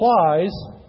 applies